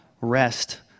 rest